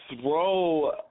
throw